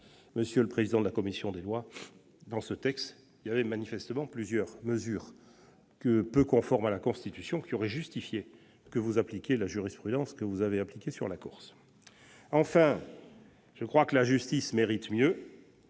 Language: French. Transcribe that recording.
Monsieur le président de la commission des lois, dans ce texte, il y avait manifestement plusieurs mesures peu conformes à la Constitution qui auraient justifié que vous appliquiez la jurisprudence que vous avez appliquée sur la Corse ! En conclusion, je crois que la justice mérite mieux.